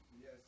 Yes